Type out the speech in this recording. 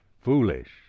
foolish